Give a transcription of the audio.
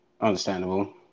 Understandable